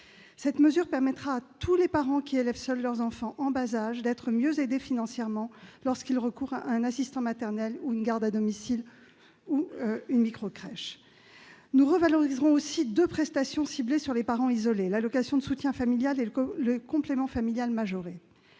Cette mesure permettra à tous les parents qui élèvent seuls leurs enfants en bas âge d'être mieux aidés financièrement lorsqu'ils recourent à un assistant maternel, à une garde à domicile ou à une micro-crèche. Nous revaloriserons aussi deux prestations ciblées sur les parents isolés : l'allocation de soutien familial et le complément familial majoré.